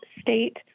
state